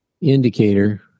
indicator